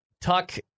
tuck